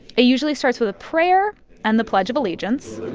it usually starts with a prayer and the pledge of allegiance with